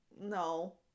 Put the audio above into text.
no